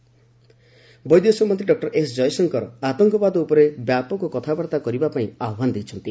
EAM Jaishankar ବୈଦେଶିକ ମନ୍ତ୍ରୀ doctor S Jaishankar ଆତଙ୍କବାଦ ଉପରେ ବ୍ୟାପକ କଥାବାର୍ତ୍ତା କରିବା ପାଇଁ ଆହ୍ୱାନ ଦେଇଛନ୍ତି